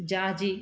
जाजि